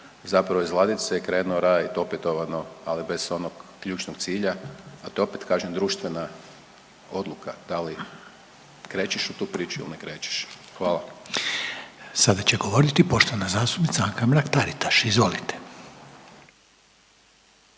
zapravo iz ladice i krenuo raditi opetovano, ali bez onog ključnog cilja. A to opet kažem, društvena odluka da li krećeš u tu priču ili ne krećeš. Hvala. **Reiner, Željko (HDZ)** Sada će govoriti poštovana zastupnica Anka Mrak Taritaš. Izvolite.